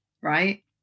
right